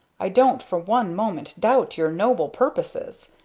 i don't for one moment doubt your noble purposes.